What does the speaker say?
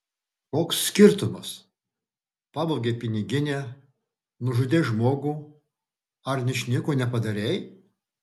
koks skirtumas pavogei piniginę nužudei žmogų ar ničnieko nepadarei